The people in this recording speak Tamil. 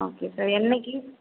ஓகே சார் என்னைக்கு